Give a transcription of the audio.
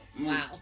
Wow